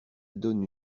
donne